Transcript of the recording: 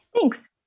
Thanks